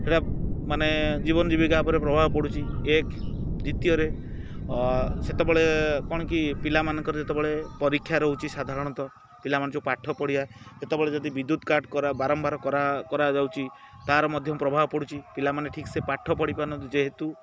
ସେଇଟା ମାନେ ଜୀବନ ଜୀବିକା ଉପରେ ପ୍ରଭାବ ପଡ଼ୁଛି ଏକ ଦ୍ୱିତୀୟରେ ସେତେବେଳେ କ'ଣ କି ପିଲାମାନଙ୍କର ଯେତେବେଳେ ପରୀକ୍ଷା ରହୁଛି ସାଧାରଣତଃ ପିଲାମାନେ ଯେଉଁ ପାଠ ପଢ଼ିଆ ସେତେବେଳେ ଯଦି ବିଦ୍ୟୁତ୍ କାଟ୍ କର ବାରମ୍ବାର କରା କରାଯାଉଛି ତାର ମଧ୍ୟ ପ୍ରଭାବ ପଡ଼ୁଛି ପିଲାମାନେ ଠିକ୍ସେ ପାଠ ପଢ଼ି ପାରୁନାହାନ୍ତି ଯେହେତୁ